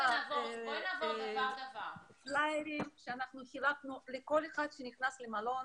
יש את הפלאיירים שחילקנו לכל אחד שנכנס למלון,